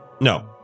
No